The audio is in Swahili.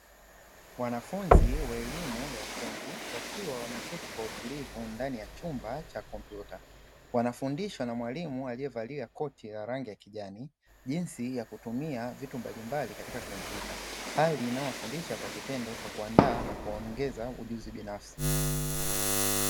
Wanafunzi wa elimu ya ufundi wakiwa wameketi kwa utulivu ndani ya chumba cha kompyuta, wanafundishwa na mwalimu aliyevalia koti la rangi ya kijani jinsi ya kutumia vitu mbalimbali katika kompyuta hali inayowafundisha kwa vitendo kwa kuandaa na kuongeza ujuzi binafsi.